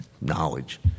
knowledge